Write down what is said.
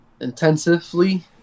intensively